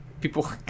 People